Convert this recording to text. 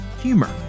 humor